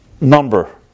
number